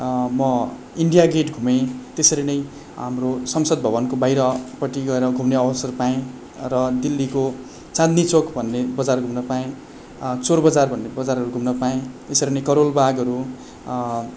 म India gate घुमेँ त्यसरी नै हाम्रो संसद भवनको बाहिरपट्टि गएर घुम्ने अवसर पाएँ र दिल्लीको चाँदनी चौक भन्ने बजार घुम्न पाएँ चोर बजार भन्ने बजारहरू घुम्न पाएँ त्यसरी नै करोल बागहरू